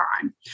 time